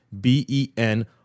B-E-N